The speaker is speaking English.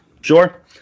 sure